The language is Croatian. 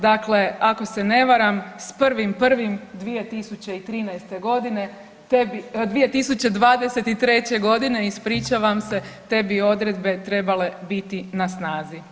Dakle, ako se ne varam s 1.1.2013. godine, 2023. godine ispričavam se, te bi odredbe trebale biti na snazi.